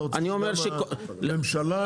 הממשלה,